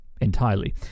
entirely